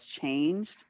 changed